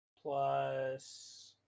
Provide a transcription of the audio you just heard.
plus